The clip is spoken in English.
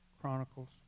Chronicles